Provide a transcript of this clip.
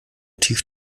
tief